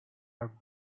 are